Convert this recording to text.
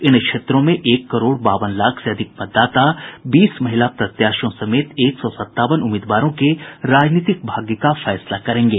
इन क्षेत्रों में एक करोड़ बाबन लाख से अधिक मतदाता बीस महिला प्रत्याशियों समेत एक सौ सतावन उम्मीदवारों के राजनीतिक भाग्य का फैसला करेंगे